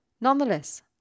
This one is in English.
Nonetheless